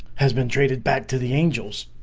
has been traded back to the angels?